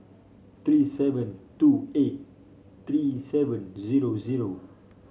three seven two eight three seven zero zero